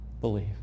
believe